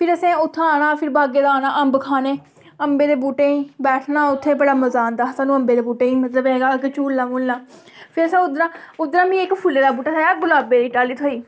फिर असें उ'त्थां आना फिर बागें दा आना अंब खाने अंबें दे बूह्टें ई बैठना उ'त्थें बड़ा मजा आंदा हा सानूं अंबें दे बूह्टें ई झुलना मुलना फिर असें उद्धरा मिगी इक फुल्लें दा बूह्टा थ्होया इक गुलाबै दी टाल्ली थ्होई